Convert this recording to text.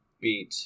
beat